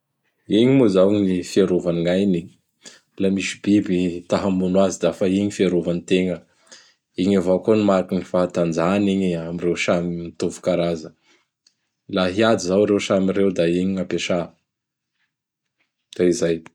Igny moa izao gny fiarovany gn' ainy igny. Laha misy biby ta hamono azy da fa igny gny fiarovany tegna. Igny avao koa gn mariky ny fahatanjahany igny amin'ireo samy mitovy karaza. Laha hiady izao ireo samy ireo da igny gn' ampiasa. Da izay!